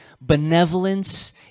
benevolence